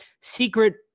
secret